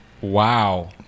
Wow